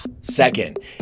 Second